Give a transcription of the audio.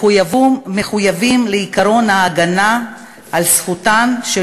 מחויבים לעקרון ההגנה על זכותן של